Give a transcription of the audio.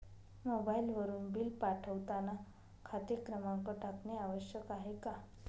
मोबाईलवरून बिल पाठवताना खाते क्रमांक टाकणे आवश्यक आहे का?